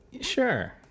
Sure